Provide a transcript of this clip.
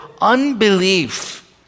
unbelief